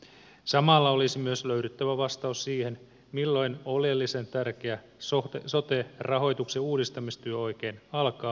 samalla olisi myös löydyttävä vastaus siihen milloin oleellisen tärkeä sote rahoituksen uudistamistyö oikein alkaa